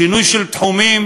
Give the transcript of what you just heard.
שינוי של תחומים,